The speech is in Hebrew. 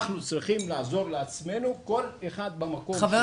אנחנו צריכים לעזור לעצמנו, כל אחד במקום שלו.